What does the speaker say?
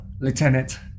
Lieutenant